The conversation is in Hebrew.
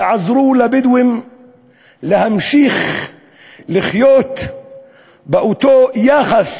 תעזרו לבדואים להמשיך לחיות באותו יחס